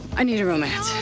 i need a romance.